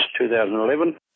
2011